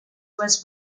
was